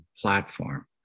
platform